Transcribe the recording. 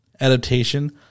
adaptation